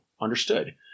Understood